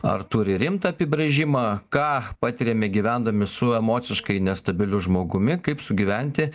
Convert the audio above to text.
ar turi rimtą apibrėžimą ką patiriame gyvendami su emociškai nestabiliu žmogumi kaip sugyventi